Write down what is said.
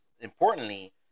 importantly